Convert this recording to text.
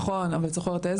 נכון, אבל את זוכרת איזה?